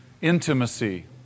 intimacy